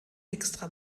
extra